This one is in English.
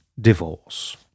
divorce